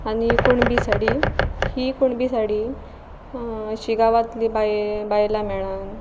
आनी कुणबी साडी ही कुणबी साडी अशी गांवांतली बाय बायलां मेळान